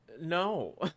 no